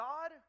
God